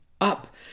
up